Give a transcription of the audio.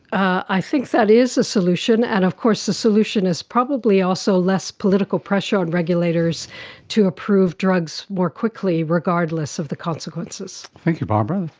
i think that is a solution, and of course the solution is probably also less political pressure on regulators to approve drugs more quickly regardless of the consequences. thank you barbara.